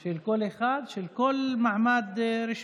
של כל אחד, של כל מעמד רשמי.